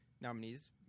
nominees